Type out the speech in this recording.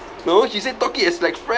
no she said talk it as like friend